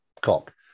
cock